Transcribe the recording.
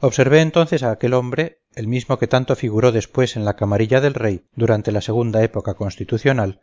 observé entonces a aquel hombre el mismo que tanto figuró después en la camarilla del rey durante la segunda época constitucional